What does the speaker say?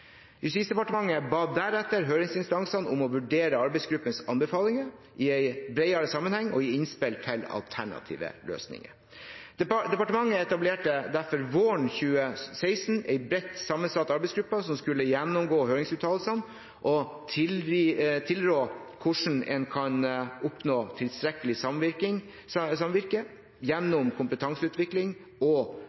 Justisdepartementet ba deretter høringsinstansene om å vurdere arbeidsgruppens anbefalinger i en bredere sammenheng og gi innspill til alternative løsninger. Departementet etablerte derfor våren 2016 en bredt sammensatt arbeidsgruppe som skulle gjennomgå høringsuttalelsene og tilrå hvordan en kan oppnå tilstrekkelig samvirke gjennom kompetanseutvikling og